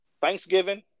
Thanksgiving